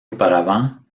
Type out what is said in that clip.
auparavant